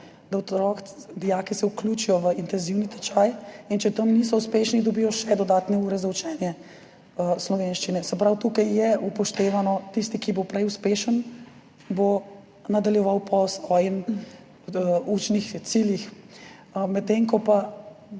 da se dijaki vključijo v intenzivni tečaj, in če tam niso uspešni, dobijo še dodatne ure za učenje slovenščine. Se pravi, tukaj je upoštevano, tisti, ki bo prej uspešen, bo nadaljeval po svojih učnih ciljih. Medtem ko pa